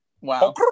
Wow